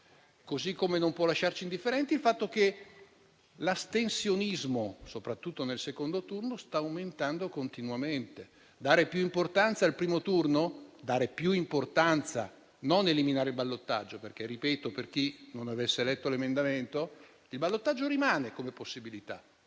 Così come non può lasciarci indifferenti il fatto che l'astensionismo, soprattutto nel secondo turno, sta aumentando continuamente. È necessario dare più importanza al primo turno, ma senza eliminare il ballottaggio. Ripeto, per chi non avesse letto l'emendamento, che il ballottaggio rimane come possibilità.